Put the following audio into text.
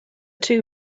two